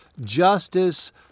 justice